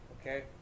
Okay